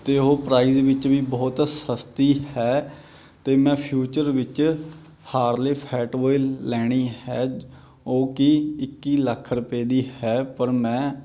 ਅਤੇ ਉਹ ਪ੍ਰਾਈਜ਼ ਵਿੱਚ ਵੀ ਬਹੁਤ ਸਸਤੀ ਹੈ ਅਤੇ ਮੈਂ ਫਿਊਚਰ ਵਿੱਚ ਹਾਰਲੇ ਫੈਟ ਬੋੋਏ ਲੈਣੀ ਹੈ ਉਹ ਕੀ ਇੱਕੀ ਲੱਖ ਰੁਪਏ ਦੀ ਹੈ ਪਰ ਮੈਂ